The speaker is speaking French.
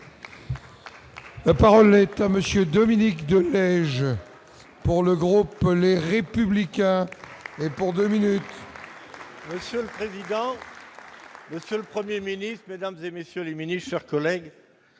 La parole est à monsieur Dominique de neige pour le groupe, les républicains et pour 2 minutes. Seul. Monsieur le 1er Ministre Mesdames et messieurs les minutes, chers collègues,